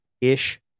ish